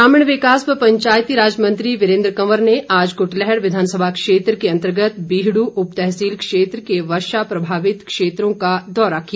दौरा ग्रामीण विकास व पंचायती राज मंत्री वीरेन्द्र कंवर ने आज कुटलैहड़ विधानसभा क्षेत्र के अंतर्गत बीहडू उपतहसील क्षेत्र के वर्षा प्रभावित क्षेत्रों का दौरा किया